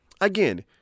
Again